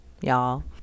y'all